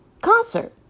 concert